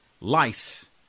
lice